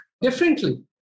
differently